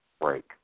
break